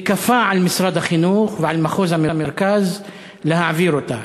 וכפה על משרד החינוך ועל מחוז המרכז להעביר אותה.